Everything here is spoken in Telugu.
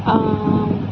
ఆ